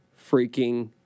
freaking